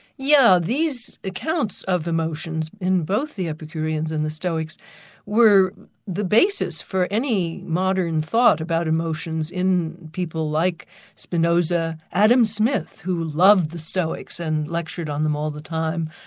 yeah these accounts of emotions in both the epicureans and the stoics were the basis for any modern thought about emotions in people like spinoza, adam smith, who loved the stoics and lectured on them all the time,